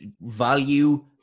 value